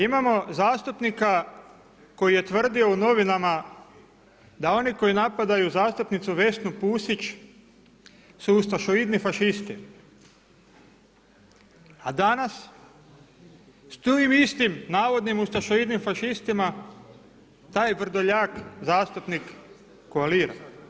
Imamo zastupnika koji je tvrdio u novinama da oni koji napadaju zastupnicu Vesnu Pusić su ustašoidni fašisti, a danas s tim istim navodno ustašoidnim fašistima taj Vrdoljak zastupnik koalira.